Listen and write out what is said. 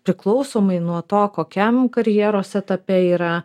priklausomai nuo to kokiam karjeros etape yra